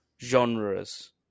genres